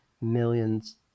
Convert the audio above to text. millions